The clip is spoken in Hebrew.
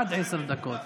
עד עשר דקות.